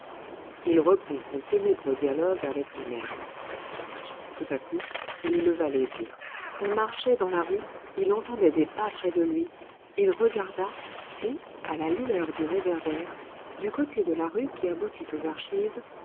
il reprit son ténébreux dialogue avec lui-même tout à coup il leva les yeux on marchait dans la rue il entendait des pas près de lui il regarda et à la lueur du réverbère du côté de la rue qui aboutit aux archives